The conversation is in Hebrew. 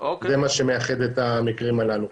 זה מה שמייחד את המקרים הללו.